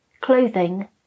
clothing